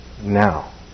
now